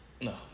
No